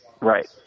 Right